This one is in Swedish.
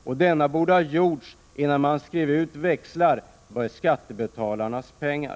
Denna analys borde ha gjorts innan man skrev ut växlar på skattebetalarnas pengar.